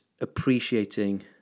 appreciating